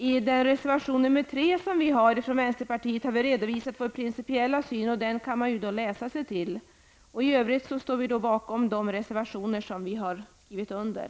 I reservation 3 från vänsterpartiet har vi redovisat vår principiella syn. Den kan man läsa sig till. I övrigt står vi bakom de reservationer som vi har skrivit under.